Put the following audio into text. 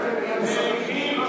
מריבית.